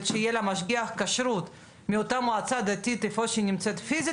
שיהיה לה משגיח כשרות מאותה מועצה דתית שהיא נמצאת שם פיזית,